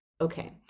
Okay